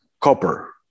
copper